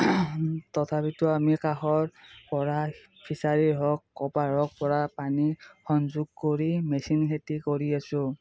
তথাপিতো আমি কাষৰ পৰা ফিচাৰী হওক ক'ৰবাৰ হওক পৰা পানী সংযোগ কৰি মেচিন খেতি কৰি আছোঁ